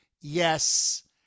yes